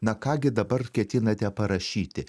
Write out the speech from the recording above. na ką gi dabar ketinate parašyti